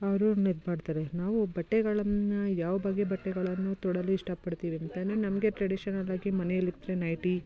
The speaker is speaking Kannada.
ಅವರು ಇದು ಮಾಡ್ತಾರೆ ನಾವು ಬಟ್ಟೆಗಳನ್ನು ಯಾವ ಬಗೆ ಬಟ್ಟೆಗಳನ್ನು ತೊಡಲು ಇಷ್ಟಪಡ್ತೀವಿ ಅಂತಲೇ ನಮಗೆ ಟ್ರೆಡಿಷನಲಾಗಿ ಮನೇಲಿ ಇದ್ದರೆ ನೈಟಿ